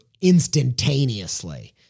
instantaneously